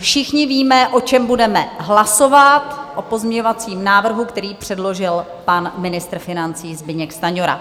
Všichni víme, o čem budeme hlasovat, o pozměňovacím návrhu, který předložil pan ministr financí Zbyněk Stanjura.